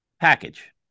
package